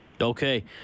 Okay